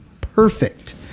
perfect